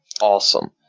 awesome